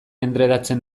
endredatzen